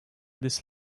this